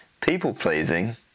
people-pleasing